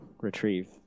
retrieve